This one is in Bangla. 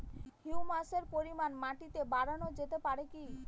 হিউমাসের পরিমান মাটিতে বারানো যেতে পারে কি?